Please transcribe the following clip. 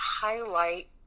highlight